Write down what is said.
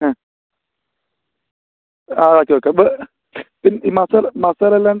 ആ ആ okay okay ഈ മസാല അല്ലാതെ